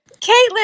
Caitlin